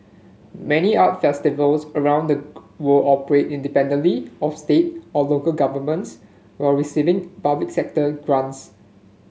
many art festivals around the world operate independently of state or local governments while receiving public sector grants